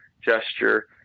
gesture